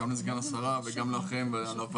גם לסגן השרה וגם לוועדה,